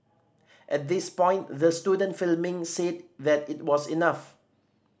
at this point the student filming said that it was enough